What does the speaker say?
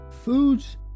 Foods